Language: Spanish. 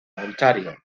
ontario